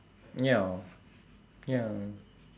ya ya